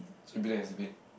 so it'll be like as big